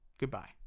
Goodbye